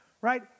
right